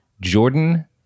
Jordan